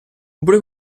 oppure